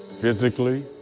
physically